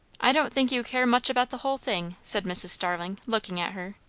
i don't think you care much about the whole thing, said mrs. starling, looking at her.